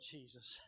Jesus